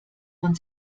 man